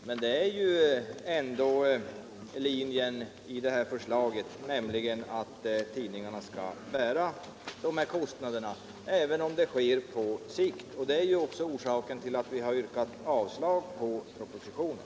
Men linjen i detta förslag är ju ändå att tidningarna skall bära dessa kostnader, även om det sker på sikt. Detta är också orsaken till att vi har yrkat avslag på propositionen.